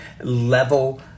level